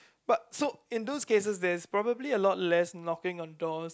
but so in those cases there is probably a lot less knocking on doors